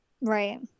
Right